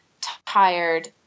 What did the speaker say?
tired